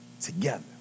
together